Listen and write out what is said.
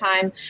time